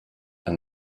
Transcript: and